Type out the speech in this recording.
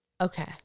Okay